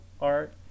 art